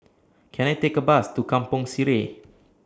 Can I Take A Bus to Kampong Sireh